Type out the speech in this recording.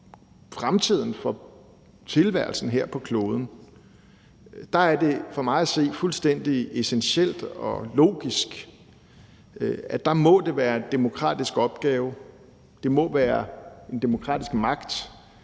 om fremtiden for tilværelsen her på kloden. Der er det for mig at se fuldstændig essentielt og logisk, at det dér må være en demokratisk opgave, en demokratisk magt,